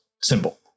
symbol